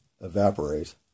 evaporate